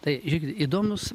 tai žiūrėkit įdomūs